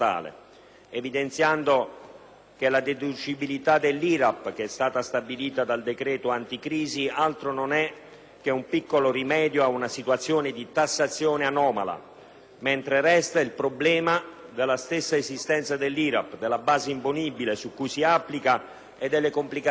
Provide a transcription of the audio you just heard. che la deducibilità dell'IRAP stabilita dal cosiddetto decreto anticrisi non è altro che un piccolo rimedio ad una situazione di tassazione anomala, mentre resta il problema della stessa esistenza dell'IRAP, della base imponibile su cui si applica e delle complicazioni contabili che comporta;